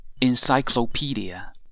encyclopedia